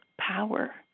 power